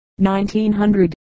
1900